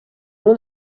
uno